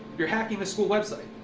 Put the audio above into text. you're hacking the school website.